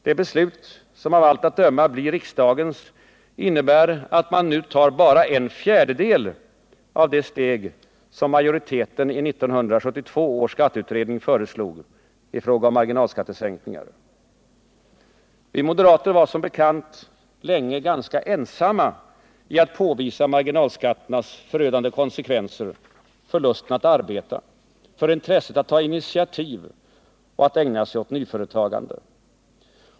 Det beslut som av allt att döma blir riksdagens innebär att man nu tar bara en fjärdedel av det steg som majoriteten i 1972 års skatteutredning föreslog i fråga om marginalskattesänkningar. Vi moderater var som bekant länge ganska ensamma om att påvisa marginalskatternas förödande konsekvenser för lusten att arbeta, för intresset att ta initiativ och att ägna sig åt nyföretagande.